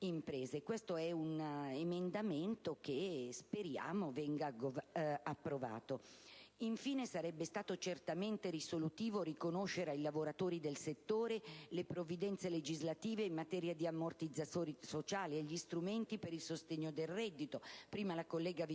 apposito emendamento, che si spera possa essere approvato. Inoltre, sarebbe stato certamente risolutivo riconoscere ai lavoratori del settore le provvidenze legislative in materia di ammortizzatori sociali e gli strumenti per il sostegno del reddito. Prima la collega Franco